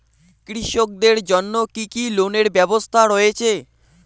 কৃষকদের জন্য কি কি লোনের ব্যবস্থা রয়েছে?